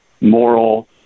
moral